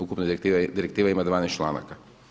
Ukupno direktiva ima 12 članaka.